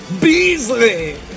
Beasley